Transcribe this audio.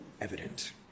evident